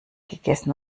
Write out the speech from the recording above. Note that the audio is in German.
gegessen